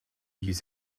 used